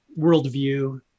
worldview